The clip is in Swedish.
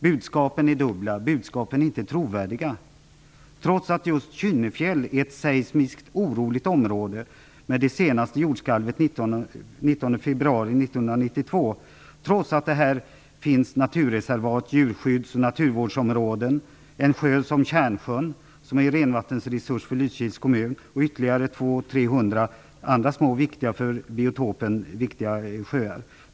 Budskapen är dubbla och inte trovärdiga. Kynnefjäll är ett seismiskt oroligt område. Det senaste jordskalvet inträffade den 19 februari 1992. I området finns naturreservat och djurskydds och naturvårdsområden. Där finns också sjön Kernsjön, som utgör renvattensresurs för Lysekils kommun, och ytterligare 200-300 små sjöar som är viktiga för biotopen.